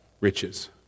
riches